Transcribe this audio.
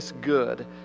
Good